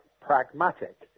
pragmatic